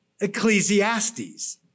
Ecclesiastes